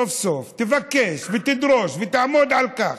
סוף-סוף תבקש ותדרוש ותעמוד על כך,